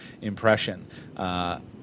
impression